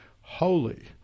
holy